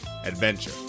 adventure